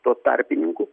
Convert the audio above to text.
tuo tarpininku